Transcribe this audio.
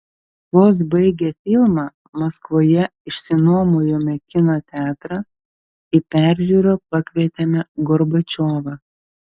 vos baigę filmą maskvoje išsinuomojome kino teatrą į peržiūrą pakvietėme gorbačiovą